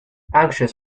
anxious